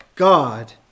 God